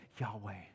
Yahweh